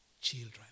children